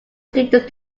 students